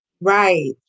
Right